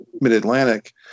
mid-Atlantic